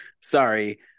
Sorry